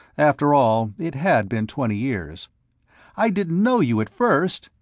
after all, it had been twenty years i didn't know you, at first!